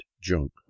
junk